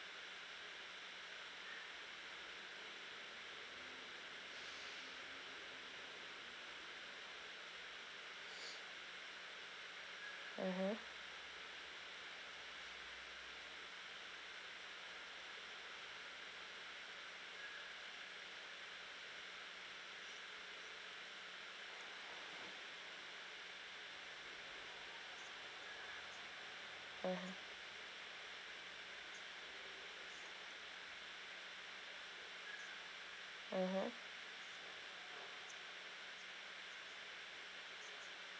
mmhmm mmhmm mmhmm